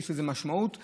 יש לזה משמעות גדולה.